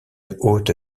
haute